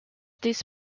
this